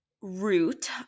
root